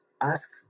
ask